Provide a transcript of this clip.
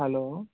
hello